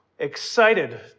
excited